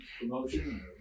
Promotion